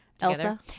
Elsa